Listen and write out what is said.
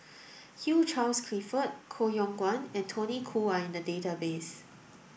Hugh Charles Clifford Koh Yong Guan and Tony Khoo are in the database